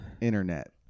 internet